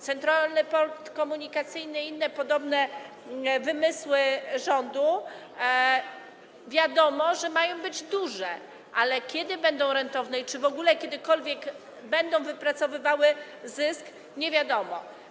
Centralny Port Komunikacyjny i inne podobne wymysły rządu, wiadomo, mają być duże, ale kiedy będą rentowne i czy w ogóle kiedykolwiek będą wypracowywały zysk, nie wiadomo.